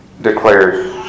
declared